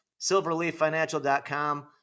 silverleaffinancial.com